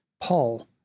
Paul